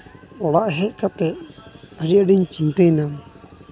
ᱚᱲᱟᱜ ᱦᱮᱡ ᱠᱟᱛᱮᱫ ᱟᱹᱰᱤᱼᱟᱹᱰᱤᱧ ᱪᱤᱱᱛᱟᱹᱭᱱᱟ